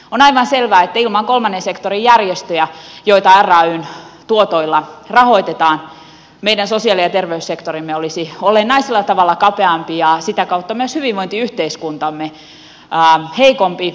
on aivan selvää että ilman kolmannen sektorin järjestöjä joita rayn tuotoilla rahoitetaan meidän sosiaali ja terveyssektorimme olisi olennaisella tavalla kapeampi ja sitä kautta myös hyvinvointiyhteiskuntamme heikompi